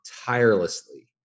tirelessly